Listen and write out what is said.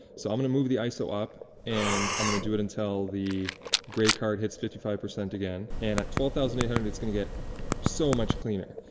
so, i'm going to move the iso up and i'm going to do it until the grey card hits fifty five percent again. and, at twelve thousand eight hundred, it's gonna get so much cleaner.